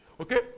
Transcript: Okay